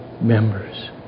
members